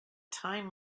time